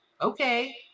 okay